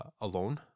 alone